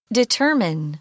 determine